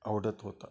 आवडत होता